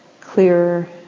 clearer